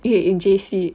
in J_C